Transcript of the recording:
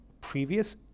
previous